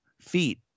feet